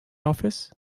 office